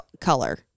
color